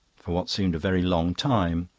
for what seemed a very long time,